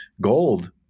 Gold